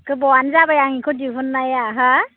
गोबावानो जाबाय आं बेखौ दिहुननाया हा